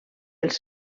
els